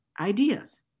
ideas